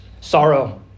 sorrow